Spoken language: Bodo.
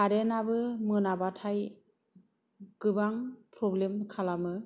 कारेनाबो मोनाबाथाय गोबां प्रब्लेम खालामो